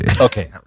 Okay